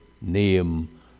name